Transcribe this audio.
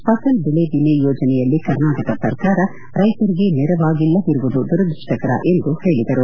ಫಸಲ್ ಬೆಳೆ ವಿಮೆ ಯೋಜನೆಯಲ್ಲಿ ಕರ್ನಾಟಕ ಸರ್ಕಾರ ರೈತರಿಗೆ ನೆರವಾಗಿಲ್ಲದಿರುವುದು ದುರದೃಷ್ಟಕರ ಎಂದು ಹೇಳಿದರು